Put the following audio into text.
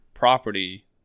property